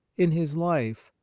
in his life,